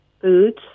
Foods